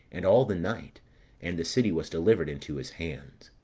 and all the night and the city was delivered into his hands